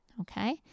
Okay